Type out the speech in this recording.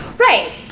Right